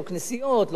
לא כנסיות,